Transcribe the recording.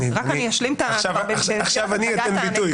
רק אשלים את הבאת הנתונים,